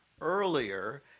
Earlier